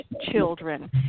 children